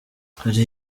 hari